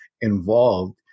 involved